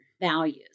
values